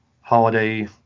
holiday